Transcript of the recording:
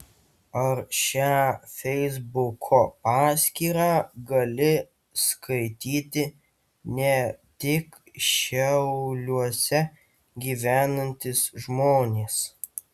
ar šią feisbuko paskyrą gali skaityti ne tik šiauliuose gyvenantys žmonės